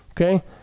okay